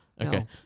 Okay